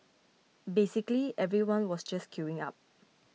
basically everyone was just queuing up